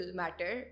matter